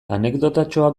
anekdotatxoa